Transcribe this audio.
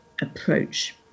approach